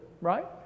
right